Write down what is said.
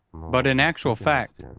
but in actual fact,